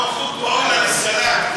לא, "אולא ל-סלאם".